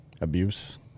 abuse